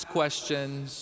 questions